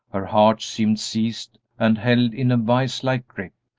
her heart seemed seized and held in a vise-like grip,